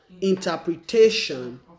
interpretation